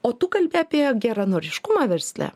o tu kalbi apie geranoriškumą versle